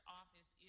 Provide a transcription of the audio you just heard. office